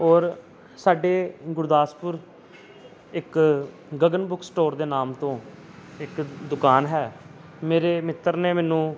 ਔਰ ਸਾਡੇ ਗੁਰਦਾਸਪੁਰ ਇੱਕ ਗਗਨ ਬੁੱਕ ਸਟੋਰ ਦੇ ਨਾਮ ਤੋਂ ਇੱਕ ਦੁਕਾਨ ਹੈ ਮੇਰੇ ਮਿੱਤਰ ਨੇ ਮੈਨੂੰ